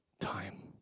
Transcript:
time